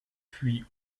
puis